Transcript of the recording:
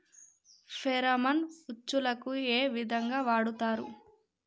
Pheromone ఉచ్చులకు ఏ విధంగా వాడుతరు?